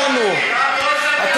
העברנו, מה עם נתניהו, מה עם ביבי?